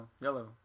yellow